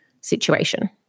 situation